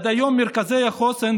עד היום מרכזי החוסן,